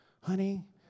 honey